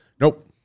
Nope